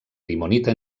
limonita